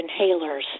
inhalers